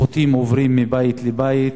חוטים עוברים מבית לבית,